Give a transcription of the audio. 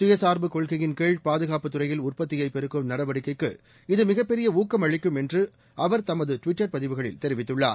சுயச்சார்பு கொள்கையின் கீழ் பாதுகாப்பு துறையில் உற்பத்தியைப் பெருக்கும் நடவடிக்கைக்கு இது மிகப் பெரிய ஊக்கம் அளிக்கும் என்று அவர் தனது ட்விட்டர் பதிவுகளில் தெரிவித்துள்ளார்